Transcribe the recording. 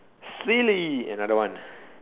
silly another one